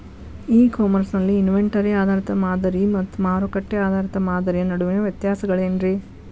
E commerce ನಲ್ಲಿ inventory ಆಧಾರಿತ ಮಾದರಿ ಮತ್ತ ಮಾರುಕಟ್ಟೆ ಆಧಾರಿತ ಮಾದರಿಯ ನಡುವಿನ ವ್ಯತ್ಯಾಸಗಳೇನ ರೇ?